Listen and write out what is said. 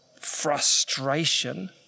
frustration